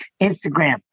Instagram